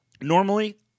Normally